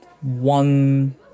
one